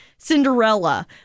Cinderella